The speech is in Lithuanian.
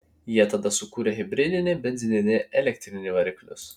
jie tada sukūrė hibridinį benzininį elektrinį variklius